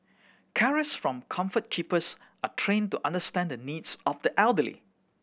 carers from Comfort Keepers are trained to understand the needs of the elderly